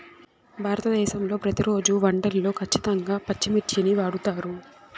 భారతదేశంలో ప్రతిరోజు వంటల్లో ఖచ్చితంగా పచ్చిమిర్చిని వాడుతారు